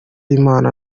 y’imana